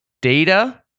Data